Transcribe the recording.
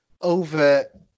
over